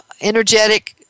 energetic